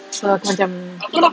so aku macam okay lor